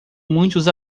muitos